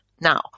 now